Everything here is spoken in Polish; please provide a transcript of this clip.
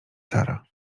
sara